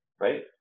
right